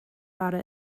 para